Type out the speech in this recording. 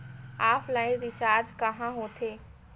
Offline recharge कहां होथे?